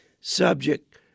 subject